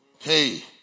Hey